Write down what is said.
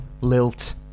lilt